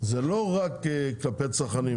אבל הבן אדם מן הציבור לא בודק.